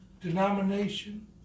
denomination